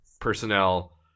personnel